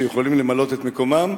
שיכולים למלא את מקומו.